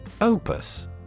Opus